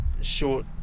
short